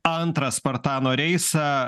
antrą spartano reisą